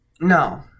No